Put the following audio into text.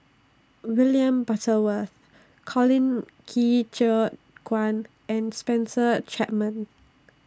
William Butterworth Colin Qi Zhe Quan and Spencer Chapman